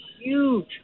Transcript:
huge